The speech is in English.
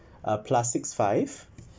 uh plus six five